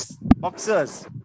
Boxers